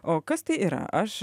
o kas tai yra aš